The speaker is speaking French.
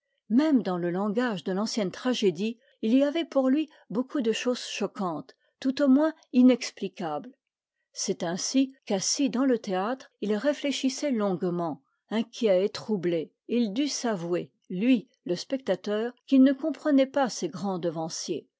même dans le langage de l'ancienne tragédie il y avait pour lui beaucoup de choses choquantes tout au moins inexplicables c'est ainsi qu'assis dans le théâtre il réfléchissait longuement inquiet et troublé et il dut s'avouer lui le spectateur qu'il ne comprenait pas ses grands devanciers